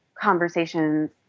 conversations